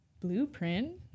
blueprint